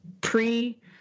pre